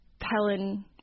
Helen